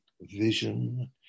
vision